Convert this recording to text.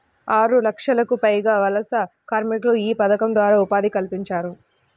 ఆరులక్షలకు పైగా వలస కార్మికులకు యీ పథకం ద్వారా ఉపాధి కల్పించారు